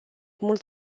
mult